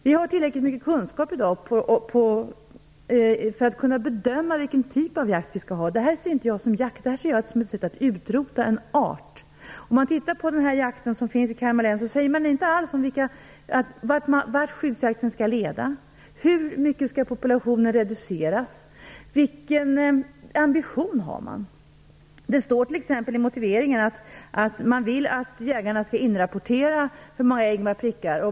Vi har tillräckligt mycket kunskap i dag för att kunna bedöma vilken typ av jakt vi skall ha. Jag ser inte detta som jakt. Jag ser det som ett sätt att utrota en art. När det gäller jakten som finns i Kalmar län säger man ingenting om vart skyddsjakten skall leda, hur mycket populationen skall reduceras eller vilken ambition man har. Det står t.ex. i motiveringen att man vill att jägarna skall inrapportera hur många ägg som prickas.